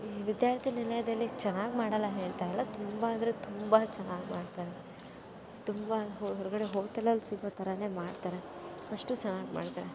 ಈ ವಿದ್ಯಾರ್ಥಿ ನಿಲಯದಲ್ಲಿ ಚೆನ್ನಾಗಿ ಮಾಡಲ್ಲ ಹೇಳ್ತಾಯಿಲ್ಲ ತುಂಬ ಅಂದರೆ ತುಂಬ ಚೆನ್ನಾಗಿ ಮಾಡ್ತಾರೆ ತುಂಬ ಹೊರಗಡೆ ಹೋಟಲಲ್ಲಿ ಸಿಗೋ ಥರವೇ ಮಾಡ್ತಾರೆ ಅಷ್ಟು ಚೆನ್ನಾಗಿ ಮಾಡ್ತಾರೆ